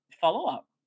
follow-up